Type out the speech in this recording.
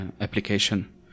application